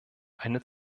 eine